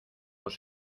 los